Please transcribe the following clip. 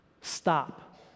Stop